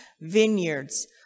vineyards